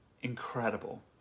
incredible